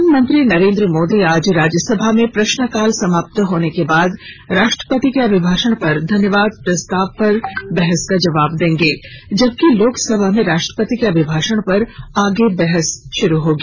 प्रधानमंत्री नरेन्द्र मोदी आज राज्यसभा में प्रश्नकाल समाप्त होने के बाद राष्ट्रपति के अभिभाषण पर धन्यवाद प्रस्तााव पर बहस का जवाब देंगे जबकि लोकसभा में राष्ट्रपति के अभिभाषण पर आगे बहस शुरू होगी